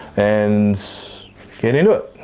and get into it.